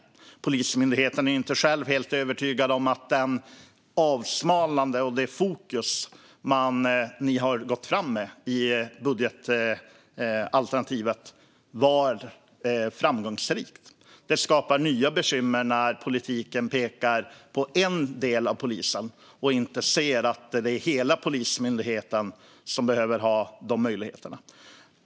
Men Polismyndigheten är inte själv helt övertygad om att det avsmalnande och det fokus ni har gått fram med i budgetalternativet är framgångsrikt. Det skapar nya bekymmer när politiken pekar på en del av polisen och inte ser att det är hela Polismyndigheten som behöver ha de möjligheterna.